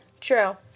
True